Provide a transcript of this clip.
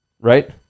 right